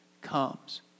comes